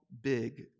big